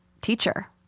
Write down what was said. teacher